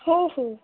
हो हो